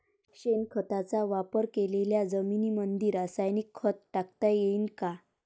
शेणखताचा वापर केलेल्या जमीनीमंदी रासायनिक खत टाकता येईन का?